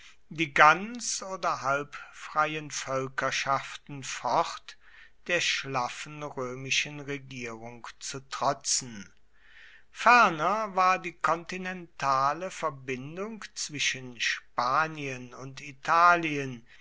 die ganz oder halbfreien völkerschaften fort der schlaffen römischen regierung zu trotzen ferner war die kontinentale verbindung zwischen spanien und italien